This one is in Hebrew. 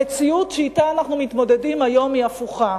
המציאות שאתה אנחנו מתמודדים היום היא הפוכה.